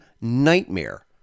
nightmare